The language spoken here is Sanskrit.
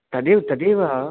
तदेव तदेव